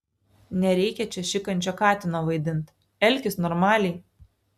nereikia čia šikančio katino vaidint elkis normaliai